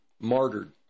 martyred